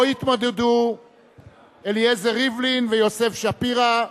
שבו יתמודדו אליעזר ריבלין ויוסף שפירא,